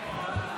שוב אני